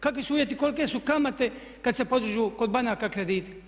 Kakvi su uvjeti i kolike su kamate kad se podižu kod banaka krediti?